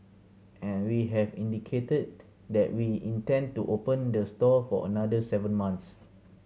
and we have indicated that we intend to open the store for another seven months